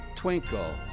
twinkle